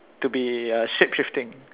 to be uh shape shifting